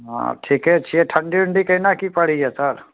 हँ ठीके छियै ठण्डी ऊण्डी केना की पड़ैए सर